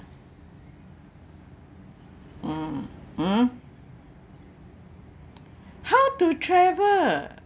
mm hmm how to travel